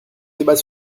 débat